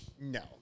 no